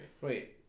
Wait